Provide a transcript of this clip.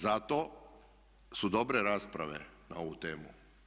Zato su dobre rasprave na ovu temu.